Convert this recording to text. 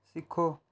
ਸਿੱਖੋ